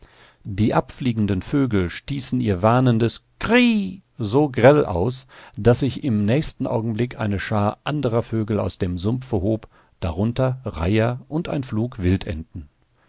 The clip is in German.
die abfliegenden vögel stießen ihr warnendes krii so grell aus daß sich im nächsten augenblick eine schar anderer vögel aus dem sumpfe hob darunter reiher und ein flug wildenten